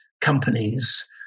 companies